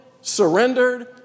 surrendered